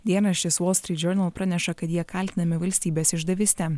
dienraštis volstryt džornal praneša kad jie kaltinami valstybės išdavyste